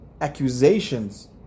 accusations